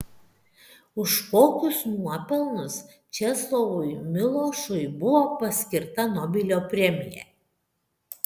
už kokius nuopelnus česlovui milošui buvo paskirta nobelio premija